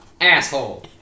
Asshole